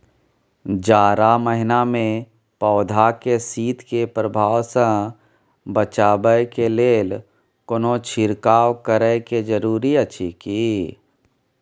जारा महिना मे पौधा के शीत के प्रभाव सॅ बचाबय के लेल कोनो छिरकाव करय के जरूरी अछि की?